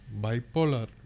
Bipolar